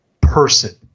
person